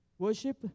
Worship